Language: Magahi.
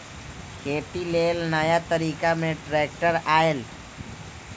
खेती लेल नया तरिका में ट्रैक्टर आयल